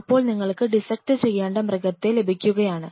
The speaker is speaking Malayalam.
അപ്പോൾ നിങ്ങള്ക്ക് ഡിസ്ക്ട് ചെയ്യേണ്ട മൃഗത്തെ ലഭിക്കുകയാണ്